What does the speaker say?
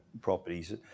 properties